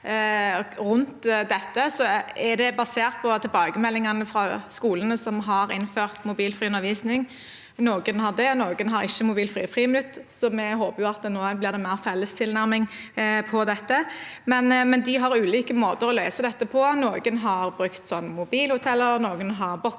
er det basert på tilbakemeldingene fra skolene som har innført mobilfri undervisning. Noen har det, og noen har ikke mobilfrie friminutt. Vi håper at det nå blir en mer felles tilnærming til dette. Det er ulike måter å løse dette på. Noen har brukt mobilhoteller, noen har bokser,